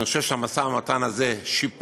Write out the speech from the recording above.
אני חושב שהמשא-ומתן הזה שיפר